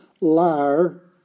liar